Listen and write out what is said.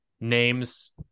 names